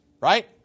right